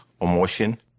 emotion